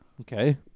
Okay